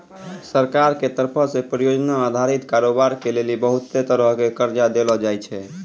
सरकार के तरफो से परियोजना अधारित कारोबार के लेली बहुते तरहो के कर्जा देलो जाय छै